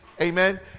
Amen